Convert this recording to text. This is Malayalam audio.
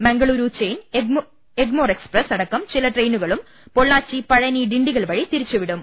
മംഗളൂരു ചെന്നൈ എഗ്മോർ എക്സ്പ്രസ് അടക്കം ചില ട്രെയിനുകൾ പൊള്ളാച്ചി പഴനി ഡിണ്ടിഗൽ വഴി തിരിച്ചു വിടും